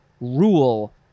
rule